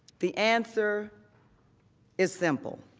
the answer is simple.